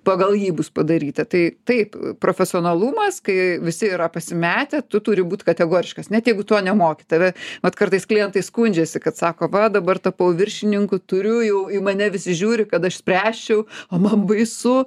pagal jį bus padaryta tai taip profesionalumas kai visi yra pasimetę tu turi būt kategoriškas net jeigu tu nemoki tave mat kartais klientai skundžiasi kad sako va dabar tapau viršininku turiu jau į mane visi žiūri kad aš spręsčiau o man baisu